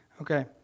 Okay